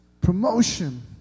promotion